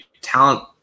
talent